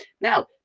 Now